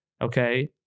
okay